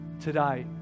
today